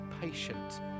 patient